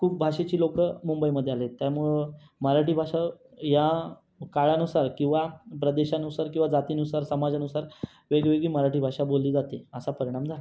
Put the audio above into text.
खूप भाषेची लोक मुंबईमध्ये आले आहेत त्यामुळं मराठी भाषा या काळानुसार किंवा प्रदेशानुसार किंवा जातीनुसार समाजानुसार वेगवेगळी मराठी भाषा बोलली जाते असा परिणाम झाला आहे